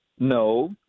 No